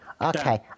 Okay